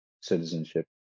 citizenship